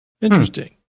interesting